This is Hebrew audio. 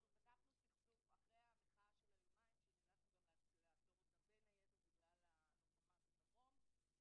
אלי אלאלוף (יו"ר ועדת העבודה, הרווחה והבריאות):